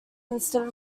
instead